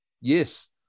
Yes